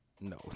No